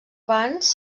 abans